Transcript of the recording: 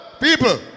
People